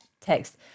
text